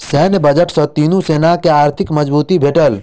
सैन्य बजट सॅ तीनो सेना के आर्थिक मजबूती भेटल